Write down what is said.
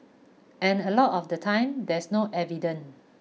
and a lot of the time there's no evident